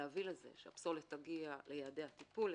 להביא לכך שהפסולת תגיע ליעדי הטיפול,